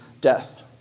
death